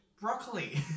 broccoli